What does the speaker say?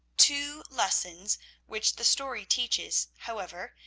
two lessons which the story teaches, however,